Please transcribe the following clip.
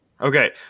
Okay